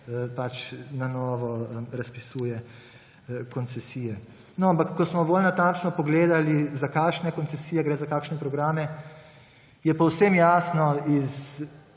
na novo razpisuje koncesije. No, ampak, ko smo bolj natančno pogledali, za kakšne koncesije gre, za kakšne programe, je povsem jasno, iz